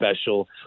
special